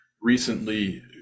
recently